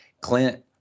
Clint